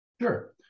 Sure